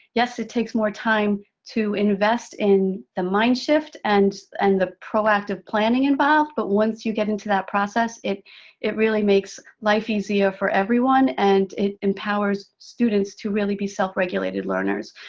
yes, it takes more time to invest in the mind shift, and and the proactive planning involved, but once you get into that process, it it really makes life easier for everyone and it empowers students to really be self-regulated learners.